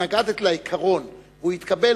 התנגדת לעיקרון, והוא התקבל.